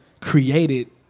created